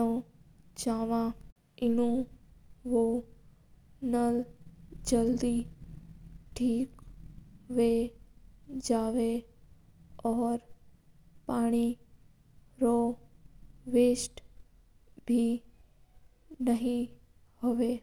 दवा वीनू वो नल जल्दी ठीक व जवा और पानी रो वस्त बे नहीं हुवा।